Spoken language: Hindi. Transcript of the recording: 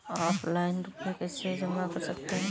ऑफलाइन रुपये कैसे जमा कर सकते हैं?